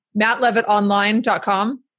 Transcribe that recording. mattlevittonline.com